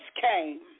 came